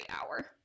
hour